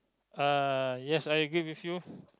uh yes I agree with you